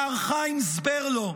מר חיים זברלו,